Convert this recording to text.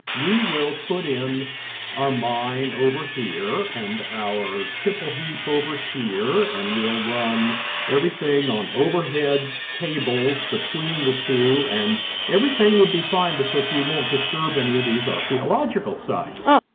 we will put in our mine over here, and our tipple heap over here, and we'll run everything on overhead cables between the two, and everything would be fine because we won't disturb any of these archaeological sites.